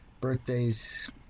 birthdays